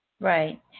Right